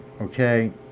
Okay